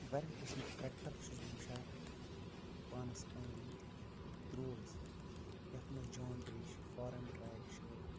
واریاہ قٕسمٕکۍ ٹرٛکٹَر چھُس بہٕ وٕچھان پانَس أنٛدۍ أنٛدۍ روز یَتھ منٛز جانڈرٛی چھِ فارَم ٹرٛیک چھِ